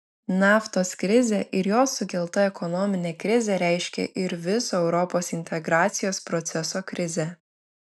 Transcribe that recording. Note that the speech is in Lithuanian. naftos krizė ir jos sukelta ekonominė krizė reiškė ir viso europos integracijos proceso krizę